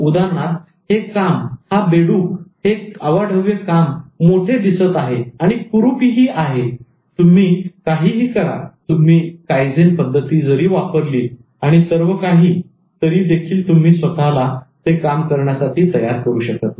हे काम हे बेडूककाम खरोखर अवाढव्य मोठे दिसत आहे आणि कुरूप ही तुम्ही काहीही करा तुम्ही कायझेन पद्धती जरी वापरली आणि सर्वकाही तरीदेखील तुम्ही स्वतःला ते काम करण्यासाठी तयार करू शकत नाही